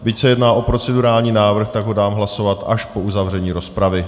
Byť se jedná o procedurální návrh, tak ho dám hlasovat až po uzavření rozpravy.